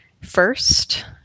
First